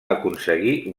aconseguir